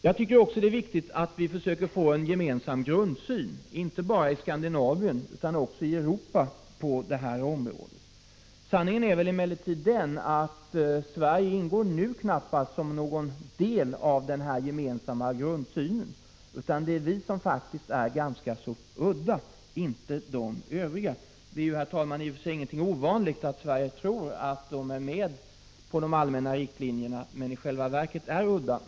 Jag tycker också att det är viktigt att vi försöker få en gemensam grundsyn på det här området, inte bara i Skandinavien utan också i Europa. Sanningen är emellertid den att Sverige i dag knappast delar den gemensamma grundsyn som håller på att växa fram. Det är faktiskt vi som är ganska udda, inte de övriga. Det är, herr talman, i och för sig inget ovanligt att man från svensk sida tror att man delar den allmänna synen men att man i själva verket är udda.